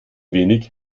wenig